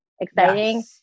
exciting